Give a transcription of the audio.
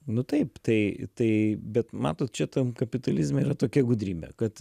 nu taip tai tai bet matot čia tam kapitalizme yra tokia gudrybė kad